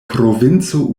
provinco